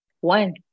One